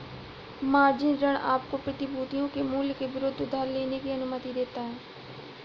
margin ऋण आपको प्रतिभूतियों के मूल्य के विरुद्ध उधार लेने की अनुमति देता है